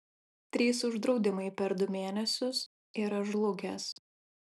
trys uždraudimai per du mėnesius ir aš žlugęs